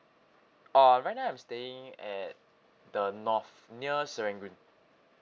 oh right now I'm staying at the north near serangoon